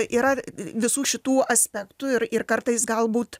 yra visų šitų aspektų ir kartais galbūt